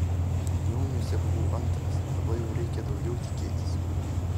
jauniuose buvau antras dabar jau reikia daugiau tikėtis